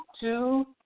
two